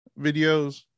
videos